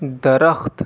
درخت